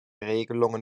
regelungen